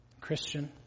Christian